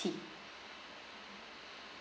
tea